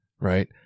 right